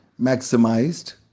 maximized